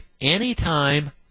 anytime